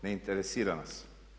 Ne interesira nas.